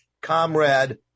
comrade